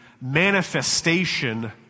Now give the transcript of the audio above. manifestation